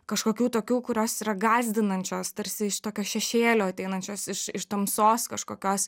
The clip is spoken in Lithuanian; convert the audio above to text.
kažkokių tokių kurios yra gąsdinančios tarsi iš tokio šešėlio ateinančios iš iš tamsos kažkokios